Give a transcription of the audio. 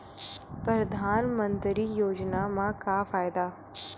परधानमंतरी योजना म का फायदा?